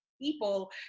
people